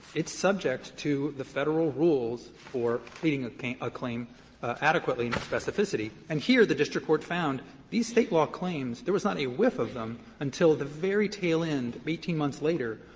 it's subject to the federal rules for pleading a claim a claim adequately and in specificity, and here the district court found these state law claims, there was not a whiff of them until the very tail end, eighteen months later,